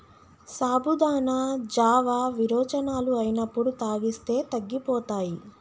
సాబుదానా జావా విరోచనాలు అయినప్పుడు తాగిస్తే తగ్గిపోతాయి